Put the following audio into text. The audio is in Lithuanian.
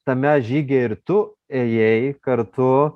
tame žygyje ir tu ėjai kartu